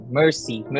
mercy